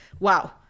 Wow